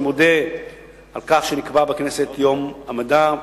אני מודה על כך שנקבע בכנסת יום המדע,